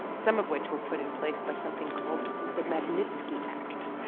some of which were put in place by something called the magnitsky act.